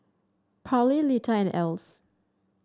Parley Lita and Else